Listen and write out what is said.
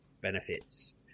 benefits